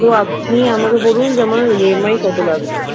তো আপনি আমাকে বলুন যে আমার ইএমআই কত লাগবে